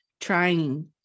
trying